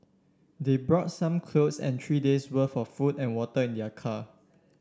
they brought some clothes and three days' worth of food and water in their car